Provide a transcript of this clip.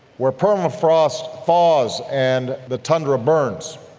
where permafrost thaws and the tundra burns,